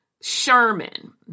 Sherman